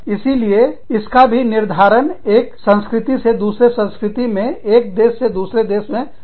इसीलिए इसका भी निर्धारण एक संस्कृति से दूसरे संस्कृति में एक देश से दूसरे देश में बदल सकता है